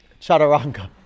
chaturanga